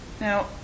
Now